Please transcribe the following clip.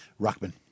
Ruckman